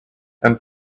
and